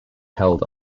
held